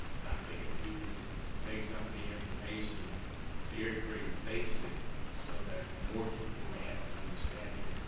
and i think if we can make some of the information very, very basic so that more people may have an understanding,